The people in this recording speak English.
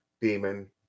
demon